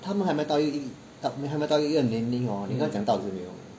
他们还没到一一还没到一个年龄 hor 你跟他讲道理是没有用